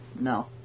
No